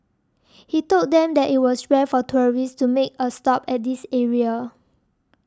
he told them that it was rare for tourists to make a stop at this area